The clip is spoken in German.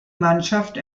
mannschaft